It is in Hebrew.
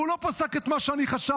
והוא לא פסק את מה שאני חשבתי,